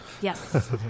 Yes